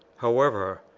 however,